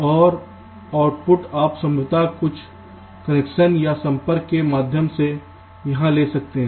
और आउटपुट आप संभवतः कुछ कनेक्शन या संपर्क के माध्यम से यहां से ले सकते हैं